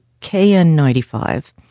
KN95